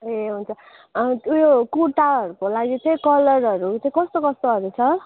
ए हुन्छ उयो कुर्ताहरूको लागि चाहिँ कलरहरू चाहिँ कस्तो कस्तोहरू छ